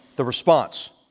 the response,